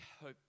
hope